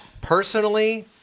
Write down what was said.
Personally